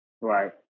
Right